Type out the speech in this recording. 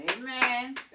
Amen